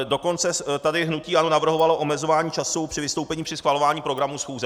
Dokonce tady hnutí ANO navrhovalo omezování času při vystoupení při schvalování programu schůze.